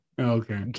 Okay